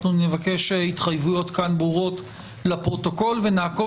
אנחנו נבקש כאן התחייבויות ברורות לפרוטוקול ונעקוב